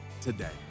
today